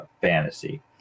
fantasy